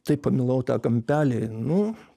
taip pamilau tą kampelį nu